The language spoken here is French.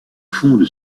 fonde